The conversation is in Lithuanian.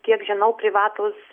kiek žinau privatūs